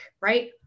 right